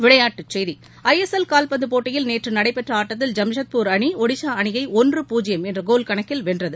விளையாட்டுச்செய்தி ISL கால்பந்துப் போட்டியில் நேற்று நடைபெற்ற ஆட்டத்தில் ஜாம்ஷெட்பூர் அணி ஒடிஷா அணியை ஒன்று பூஜ்யம் என்ற கோல் கணக்கில் வென்றது